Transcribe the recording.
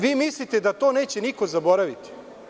Vi mislite da to neće niko zaboraviti.